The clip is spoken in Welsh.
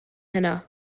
heno